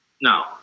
No